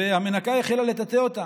והמנקה החלה לטאטא אותם.